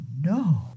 no